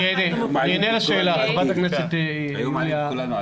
אענה על השאלה, חברת הכנסת יוליה מלינובסקי.